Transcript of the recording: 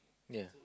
ya